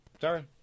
Sorry